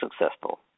successful